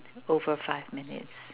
over five minutes